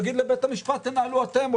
לומר לבית המשפט: תנהלו אתם,